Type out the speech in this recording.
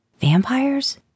vampires